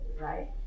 right